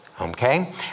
Okay